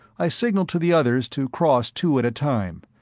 i signalled to the others to cross two at a time,